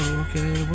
okay